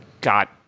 got